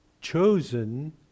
chosen